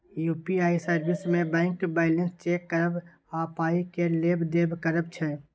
UPI service मे bank balance check करब आ पाइ केर लेब देब करब छै